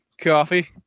coffee